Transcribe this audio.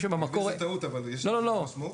אני מבין שזו טעות, אבל יש לזה משמעות?